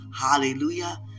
Hallelujah